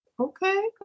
okay